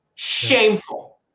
shameful